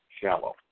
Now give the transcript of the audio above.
shallow